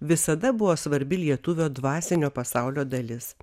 visada buvo svarbi lietuvio dvasinio pasaulio dalis